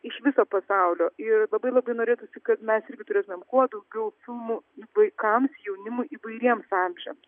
iš viso pasaulio ir labai labai norėtųsi kad mes irgi turėtumėm kuo daugiau filmų vaikams jaunimui įvairiems amžiams